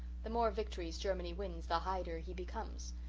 the more victories germany wins the hyder he becomes.